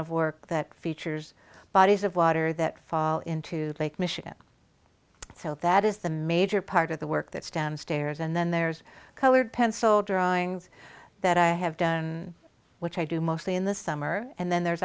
of work that features bodies of water that fall into lake michigan so that is the major part of the work that stems stairs and then there's colored pencil drawings that i have done which i do mostly in the summer and then there's